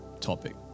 topic